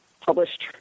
published